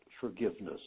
forgiveness